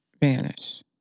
vanish